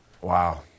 Wow